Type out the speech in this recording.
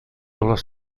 les